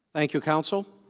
thank you counsel